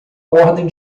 ordem